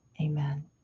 Amen